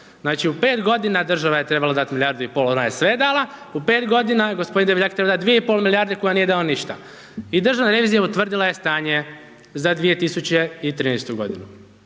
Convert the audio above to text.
Znači u 5 godina država je trebala dati milijardu i pol, al ona je sve dala, u 5 godina gospodin je trebao dati 2,5 milijarde kuna, a nije dao ništa. I državna revizija utvrdila je stanje za 2013. godinu,